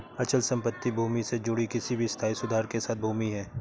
अचल संपत्ति भूमि से जुड़ी किसी भी स्थायी सुधार के साथ भूमि है